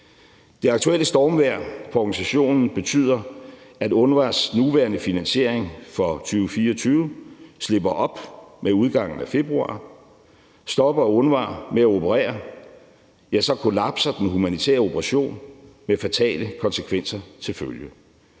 Det aktuelle stormvejr for organisationen betyder, at UNRWA's nuværende finansiering for 2024 slipper op med udgangen af februar. Stopper UNRWA med at operere, ja, så kollapser den humanitære operation med fatale konsekvenser til følge.